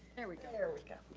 there we go. there we go.